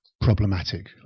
problematic